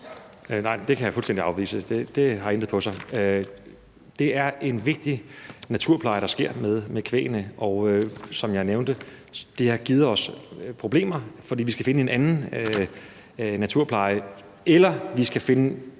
Nej, det kan jeg fuldstændig afvise; det har intet på sig. Det er en vigtig naturpleje, der sker med kvæget. Som jeg nævnte, har det givet os problemer, fordi vi skal finde en anden naturpleje eller finde